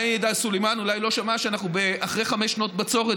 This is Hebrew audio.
עאידה סלימאן אולי לא שמעה שאנחנו אחרי חמש שנות בצורת